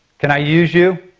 can i use you?